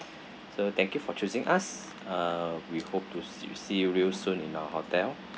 so thank you for choosing us uh we hope to s~ see you see real soon in our hotel